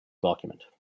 document